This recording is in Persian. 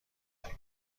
دهید